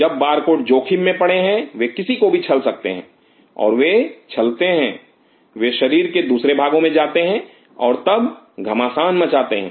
जब बारकोड जोखिम में पड़े हैं वे किसी को भी छल सकते हैं और वे छलते हैं वे शरीर के दूसरे भागों में जाते हैं और तब घमासान मचाते हैं